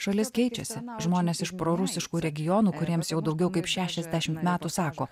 šalis keičiasi žmonės iš prorusiškų regionų kuriems jau daugiau jau kaip šešiasdešimt metų sako